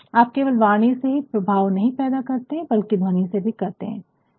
और आप केवल वाणी से ही प्रभाव नहीं पैदा करते है बल्कि ध्वनि से भी करते है